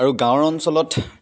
আৰু গাঁৱৰ অঞ্চলত